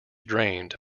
drained